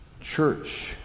church